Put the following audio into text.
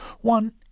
One